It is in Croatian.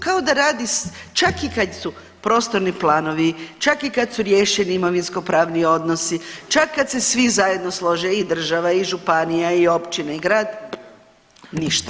Kao da radi čak i kad su prostorni planovi, čak i kadu su riješeni imovinsko pravni odnosi čak kad se svi zajedno slože i država i županija i općine i grad, ništa.